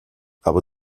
aber